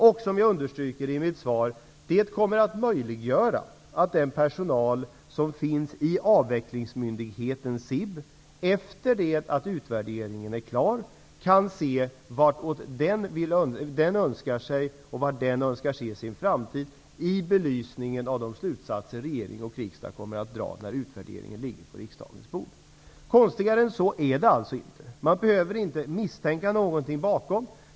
Och, som jag understryker i mitt svar, det kommer att möjliggöra att den personal som finns i avvecklingsmyndigheten SIB, efter det att utvärderingen är klar, kan se var den önskar sig se sin framtid i belysningen av de slutsatser som regering och riksdag kommer att dra när när utvärderingen ligger på riksdagens bord. Konstigare än så är det alltså inte. Man behöver inte misstänka något bakom.